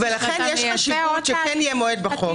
--- ולכן יש חשיבות שכן יהיה מועד בחוק.